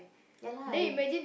ya lah !aiyo!